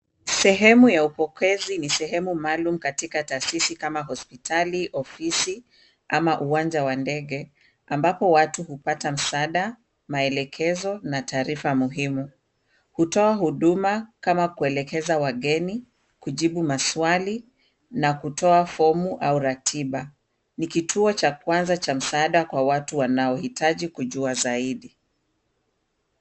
Sehemu ya upokezi ni sehemu maalum katika taasisi kama hospitali, ofisi, ama uwanja wa ndege, ambapo watu hupata msaada, maelekezo, na taarifa muhimu. Hutoa huduma kama kuelekeza wageni, kujibu maswali, na kutoa fomu au ratiba. Ni kituo cha kwanza cha msaada kwa watu wanaohitaji kujua zaidi.